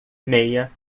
meia